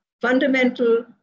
fundamental